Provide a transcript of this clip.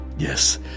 Yes